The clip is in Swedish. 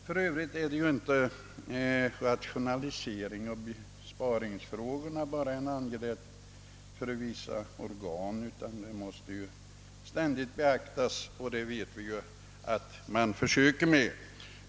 För Övrigt är rationaliseringsoch besparingsfrågorna inte bara en angelägenhet för vissa organ; de måste ständigt beaktas, och vi vet att man försöker göra det.